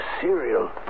cereal